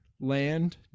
land